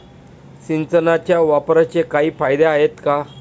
सिंचनाच्या वापराचे काही फायदे आहेत का?